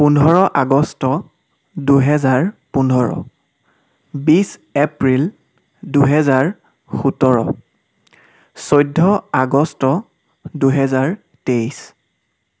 পোন্ধৰ আগষ্ট দুহেজাৰ পোন্ধৰ বিছ এপ্ৰিল দুহেজাৰ সোতৰ চৈধ্য আগষ্ট দুহেজাৰ তেইছ